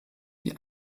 die